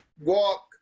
walk